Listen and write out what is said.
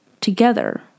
together